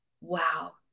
wow